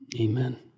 amen